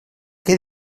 què